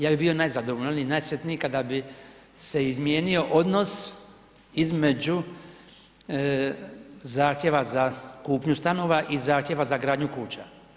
Ja bi bio najzadovoljniji, najsretniji kada bi se izmijenio odnos između zahtjeva za kupnju stanova i zahtjeva za gradnju kuća.